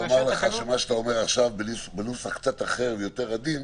שאתה אומר עכשיו בנוסח קצת אחר ויותר עדין,